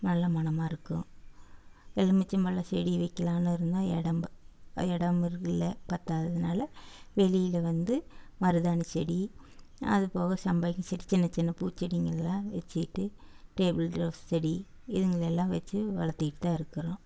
நல்ல மணமாகருக்கும் எலுமிச்சம் பழம் செடி வக்கலான்னு இருந்தோம் இடம் ப இடம் இல்லை பத்தாததுனால வெளியில வந்து மருதாணி செடி அதுப்போவ சம்பங்கி செடி சின்ன சின்ன பூச்செடிங்கெல்லாம் வச்சிட்டு டேபுள் ரோஸ் செடி இதுங்களையெல்லாம் வச்சி வளர்த்திட்டு தான் இருக்கிறோம்